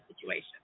situation